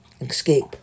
escape